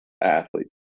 athletes